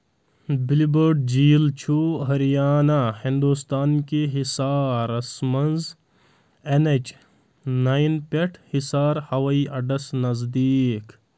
بلہِ بٲڈ جِیٖل چھُ ہریانہ ہندوستان کہِ حِصارَس منٛز این ایچ ناین پٮ۪ٹھ حِصار ہوٲیی اَڈَس نزدیٖک